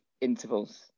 intervals